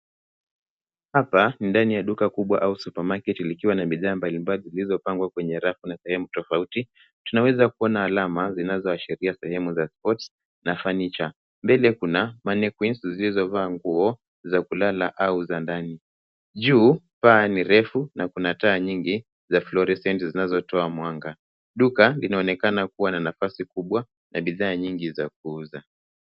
Hapa ni ndani ya duka kubwa au supermarket likiwa na bidhaa mbalimbali zilizopangwa kwenye rafu na sehemu tofauti. Tanaweza kuona alama zinazoashiria sehemu za sports na furniture . Mbele kuna mannequins zilizovaa nguo za kulala au za ndani. Juu paa ni refu na kuna taa nyingi za fluorescent zinazotoa mwanga. Duka linaonekana kuwa na nafasi kubwa na bidhaa nyingi za kuuza.